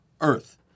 earth